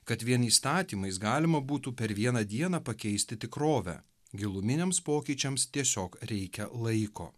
kad vien įstatymais galima būtų per vieną dieną pakeisti tikrovę giluminiams pokyčiams tiesiog reikia laiko